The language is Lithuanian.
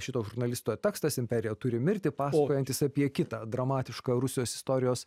šito žurnalisto tekstas imperija turi mirti pasakojantis apie kitą dramatišką rusijos istorijos